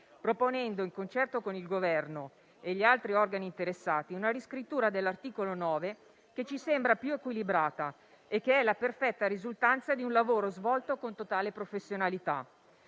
proponendo, di concerto con il Governo e gli altri organi interessati, una riscrittura dell'articolo 9 che ci sembra più equilibrata e che è la perfetta risultanza di un lavoro svolto con totale professionalità.